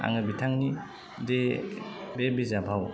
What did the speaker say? आङो बिथांनि जे बे बिजाबाव